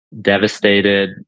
Devastated